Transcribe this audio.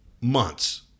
months